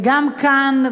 וגם כאן,